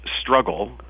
struggle